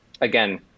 again